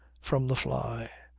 from the fly,